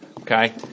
okay